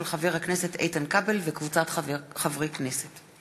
של חבר הכנסת איתן כבל וקבוצת חברי הכנסת.